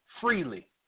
Freely